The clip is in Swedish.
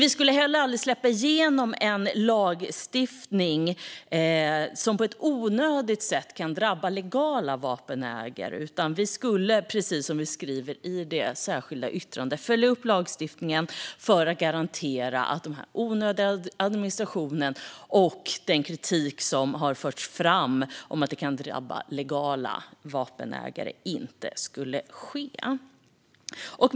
Vi skulle dock aldrig släppa igenom en lagstiftning som kan drabba legala vapenägare i onödan, utan vi skulle, precis som vi skriver i vårt särskilda yttrande, följa upp lagstiftningen för att garantera att onödig administration inte skulle drabba legala vapenägare.